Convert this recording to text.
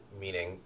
Meaning